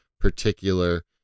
particular